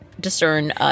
Discern